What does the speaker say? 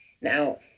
Now